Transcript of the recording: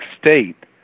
state